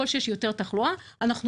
אגב,